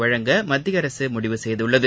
வழங்க மத்திய அரசு முடிவு செய்துள்ளது